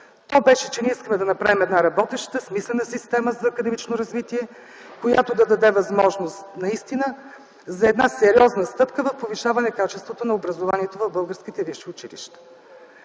то беше, че ние искаме да направим една работеща, смислена система за академично развитие, която да даде възможност наистина за една сериозна стъпка в повишаване качеството на образованието в българските висши училища.